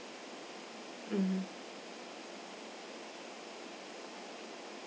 mm